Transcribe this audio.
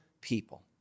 people